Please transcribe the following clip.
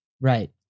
Right